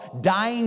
dying